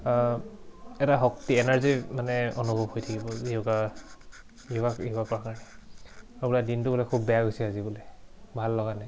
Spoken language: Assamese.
এটা শক্তি এনাৰ্জি মানে অনুভৱ হৈ থাকিব য়োগা য়োগা কৰাৰ কাৰণে আৰু বোলে দিনটো বোলে খুব বেয়া গৈছে আজি বোলে ভাল লগা নাই